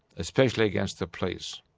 especially against the police.